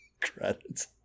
Credits